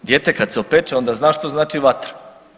Dijete kad se opeče onda zna što znači vatra.